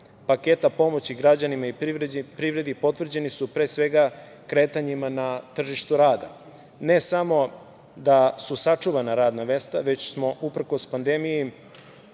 paketa pomoći građanima i privredi potvrđeni su pre svega kretanjima na tržištu rada. Ne samo da sačuvana radna mesta, već smo uprkos pandemiji,